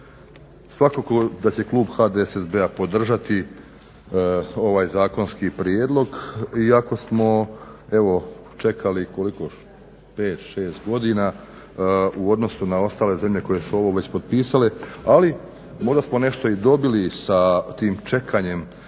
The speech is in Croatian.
Svakako da će klub HDSSB-a podržati ovaj zakonski prijedlog iako smo evo čekali koliko, 5-6 godina u odnosu na ostale zemlje koje su ovo već potpisale ali možda smo nešto i dobili sa tim čekanjem